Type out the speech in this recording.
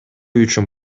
үчүн